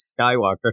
skywalker